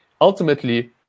ultimately